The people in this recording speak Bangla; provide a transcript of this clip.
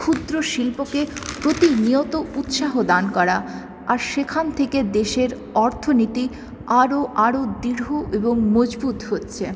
ক্ষুদ্র শিল্পকে প্রতিনিয়ত উৎসাহ দান করা আর সেখান থেকে দেশের অর্থনীতি আরও আরও দৃঢ় এবং মজবুত হচ্ছে